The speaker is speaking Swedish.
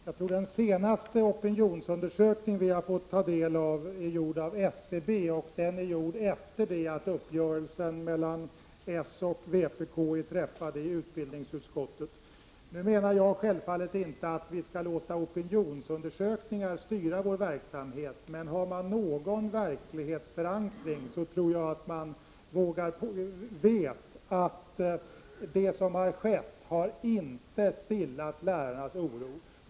Fru talman! Jag tror att den senaste opinionsundersökning vi fått ta del av är gjord av SCB, och den gjordes efter det att uppgörelsen mellan socialdemokraterna och vänsterpartiet kommunisterna träffades i utbildningsutskottet. Jag menar självfallet inte att vi skall låta opinionundersökningar styra vår verksamhet. Men jag tror att den som har någon verklighetsförankring vet att det som skett inte stillat lärarnas oro.